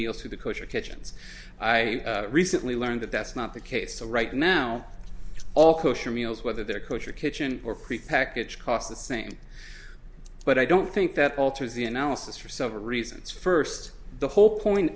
meals to the kosher kitchens i recently learned that that's not the case right now all kosher meals whether they're kosher kitchen or prepackaged cost the same but i don't think that alters the analysis for several reasons first the whole point